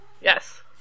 Yes